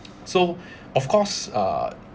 so of course uh